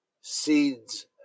seeds